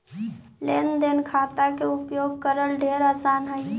लेन देन खाता के उपयोग करल ढेर आसान हई